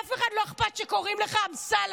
לאף אחד לא אכפת שקוראים לך אמסלם,